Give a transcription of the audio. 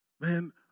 man